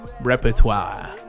repertoire